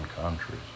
countries